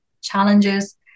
challenges